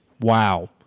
Wow